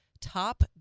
top